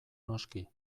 noski